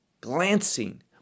glancing